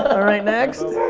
ah alright, next.